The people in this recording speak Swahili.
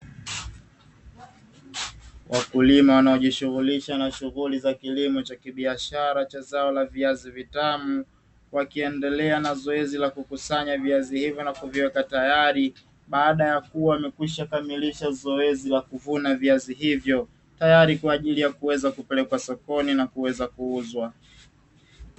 Wakulima wanaojishughulisha na shughuli za kilimo cha kibiashara, cha zao la viazi vitamu, wakiendelea na zoezi la kukusanya viazi hivyo na kuviweka tayari, baada ya kuwa wamekwisha kamilisha zoezi la kuvuna viazi hivyo, tayari kwa ajili ya kuweza kupelekwa sokoni na kuweza kuuzwa.